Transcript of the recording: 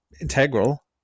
integral